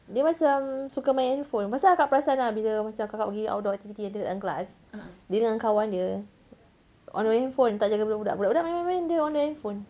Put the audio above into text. dia macam suka main handphone pasal kakak perasan ah bila macam kakak pergi outdoor activity ada dengan class dia dengan kawan dia on the handphone tak jaga budak-budak budak main-main dia on the handphone